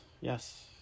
yes